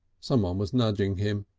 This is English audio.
someone was nudging him.